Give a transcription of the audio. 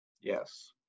Yes